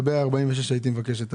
הייתי מבקש לגבי ה-46,